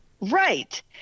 Right